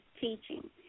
teaching